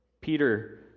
Peter